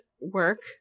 work